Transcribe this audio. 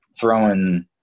throwing